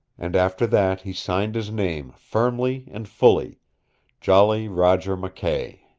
and after that he signed his name firmly and fully jolly roger mckay.